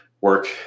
work